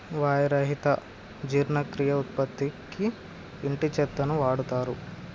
వాయి రహిత జీర్ణక్రియ ఉత్పత్తికి ఇంటి చెత్తను వాడుతారు